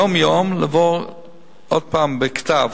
יום-יום בכתב,